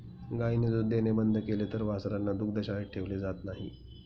गायीने दूध देणे बंद केले तर वासरांना दुग्धशाळेत ठेवले जात नाही